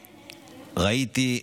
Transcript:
ראיתי,